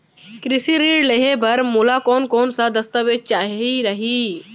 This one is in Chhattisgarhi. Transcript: कृषि ऋण लेहे बर मोला कोन कोन स दस्तावेज चाही रही?